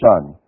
son